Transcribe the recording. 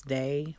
day